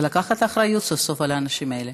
ולקחת אחריות סוף-סוף על האנשים האלה.